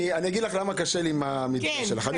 אני אגיד לך למה קשה לי עם המתווה שלך.